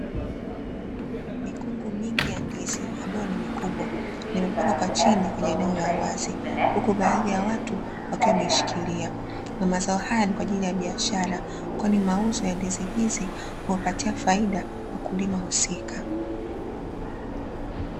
Mikungu mingi ya ndizi ambayo ni mikubwa na imepangwa kwa chini kwenye eneo la uwazi huku baadhi ya watu wakiwa wameishikilia, na mazao haya ni kwa ajili ya biashara kwani mauzo ya ndizi hizi huwapatia faida wakulima husika.